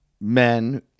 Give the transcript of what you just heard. men